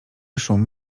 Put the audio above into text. szum